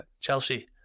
Chelsea